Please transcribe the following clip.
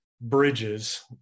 bridges